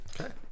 okay